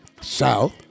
south